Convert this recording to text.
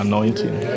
Anointing